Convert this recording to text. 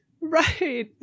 Right